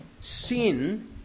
sin